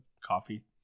coffee